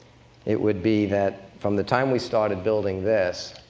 it would be that from the time we started building this,